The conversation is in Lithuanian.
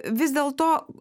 vis dėlto